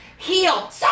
Heal